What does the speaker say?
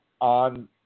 on